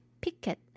picket